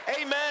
Amen